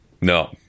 No